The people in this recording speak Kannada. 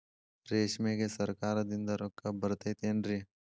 ರೇಷ್ಮೆಗೆ ಸರಕಾರದಿಂದ ರೊಕ್ಕ ಬರತೈತೇನ್ರಿ?